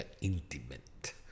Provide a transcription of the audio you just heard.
intimate